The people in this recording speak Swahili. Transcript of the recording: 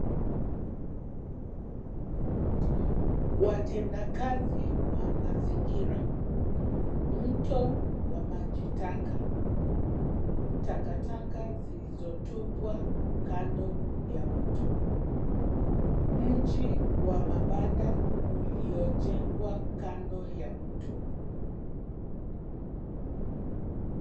Watendakazi wa mazingira, mto, wa maji taka, takataka zilizotupwa, kando, ya mto, mji, wa mabanda, uliojengwa kando ya mto.